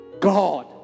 God